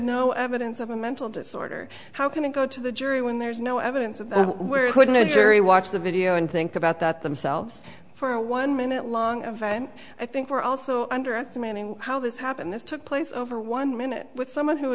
no evidence of a mental disorder how can it go to the jury when there's no evidence of where it wouldn't be very watch the video and think about that themselves for one minute long of time i think we're also underestimating how this happened this took place over one minute with someone who